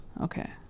Okay